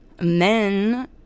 men